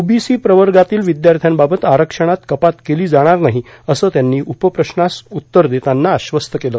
OBC प्रवर्गातील विद्यार्थ्यांबाबत आरक्षणात कपात केली जाणार नाही असं त्यांनी उपप्रश्नास उत्तर देताना आश्वस्त केलं